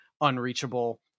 unreachable